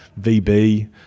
VB